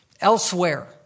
elsewhere